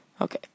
Okay